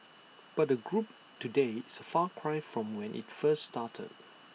but the group today is A far cry from when IT first started